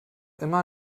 immer